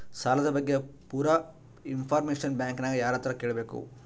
ಸಾಲದ ಬಗ್ಗೆ ಪೂರ ಇಂಫಾರ್ಮೇಷನ ಬ್ಯಾಂಕಿನ್ಯಾಗ ಯಾರತ್ರ ಕೇಳಬೇಕು?